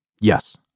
Yes